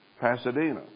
Pasadena